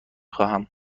خواهم